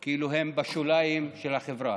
הם כאילו בשוליים של החברה.